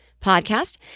podcast